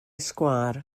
sgwâr